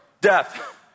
death